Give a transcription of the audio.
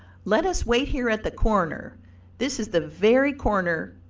let us wait here at the corner this is the very corner,